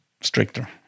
stricter